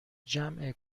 جمع